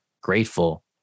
grateful